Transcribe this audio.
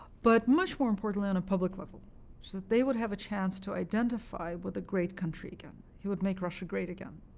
but much more importantly on a public level, so that they would have a chance to identify with a great country again. he would make russia great again.